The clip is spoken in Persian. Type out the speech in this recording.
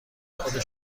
خود